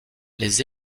les